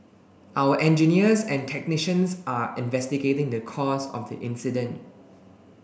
our engineers and technicians are investigating the cause of the incident